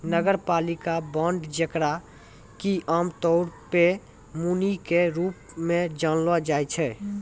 नगरपालिका बांड जेकरा कि आमतौरो पे मुनि के रूप मे जानलो जाय छै